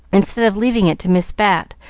instead of leaving it to miss bat,